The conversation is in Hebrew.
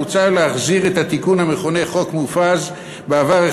מוצע להחזיר את התיקון המכונה "חוק מופז": בעבר,